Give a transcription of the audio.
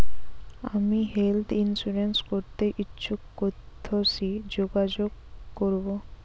আমি health insurance করতে ইচ্ছুক কথসি যোগাযোগ করবো?